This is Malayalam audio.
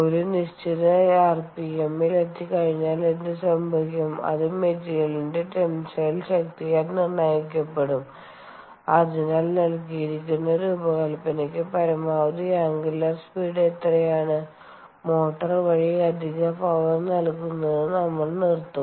ഒരു നിശ്ചിത ആർപിഎമ്മിൽ എത്തിക്കഴിഞ്ഞാൽ എന്ത് സംഭവിക്കും അത് മെറ്റീരിയലിന്റെ ടെൻസൈൽ ശക്തിയാൽ നിർണ്ണയിക്കപ്പെടും അതിനാൽ നൽകിയിരിക്കുന്ന രൂപകൽപ്പനയ്ക്ക് പരമാവധി അംഗുലർ സ്പീഡ് എത്രയാണ് മോട്ടോർ വഴി അധിക പവർ നൽകുന്നത് നമ്മൾ നിർത്തും